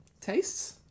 Tastes